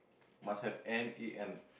must have N A N